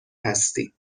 هستی